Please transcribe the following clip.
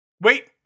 Wait